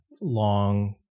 long